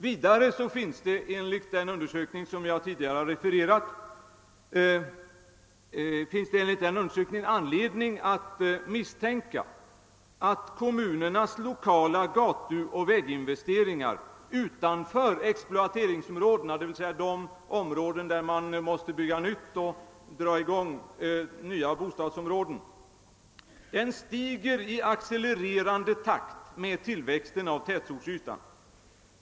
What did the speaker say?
Vidare finns det enligt den undersökning jag tidigare refererat till anledning att misstänka att kommunernas 10 kala gatuoch väginvesteringar utanför exploateringsområdena, d.v.s. de områden där man måste bygga nytt, stiger i accelererande takt med tillväxten av tätortsytan.